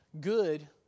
good